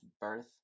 Birth